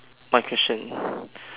my question